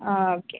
ആ ഓക്കെ